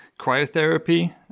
cryotherapy